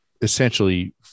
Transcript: essentially